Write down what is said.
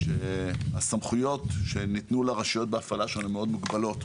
שהסמכויות שניתנו לרשויות הן מאוד מוגבלות.